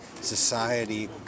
society